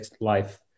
life